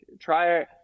try